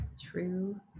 true